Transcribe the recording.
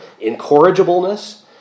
incorrigibleness